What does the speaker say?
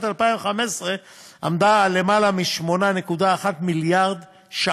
2015 עמדה על למעלה מ-8.1 מיליארד ש"ח.